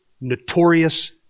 notorious